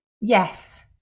yes